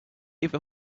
even